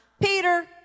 Peter